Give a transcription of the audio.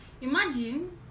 Imagine